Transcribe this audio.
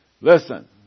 Listen